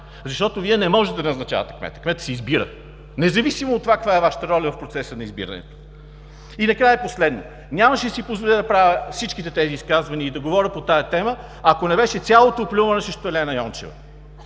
защото Вие не може да назначавате кмет. Кмет се избира, независимо от това каква е Вашата роля в процеса на избирането. Последно, нямаше да си позволя да правя всички тези изказвания и да говоря по тази тема, ако не беше цялото оплюване срещу Елена Йончева.